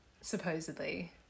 Supposedly